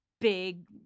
big